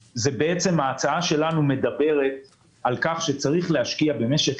ההצעה שלנו מדברת על כך שצריך להשקיע במשך